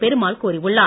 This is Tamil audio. பெருமாள் கூறியுள்ளார்